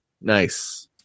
Nice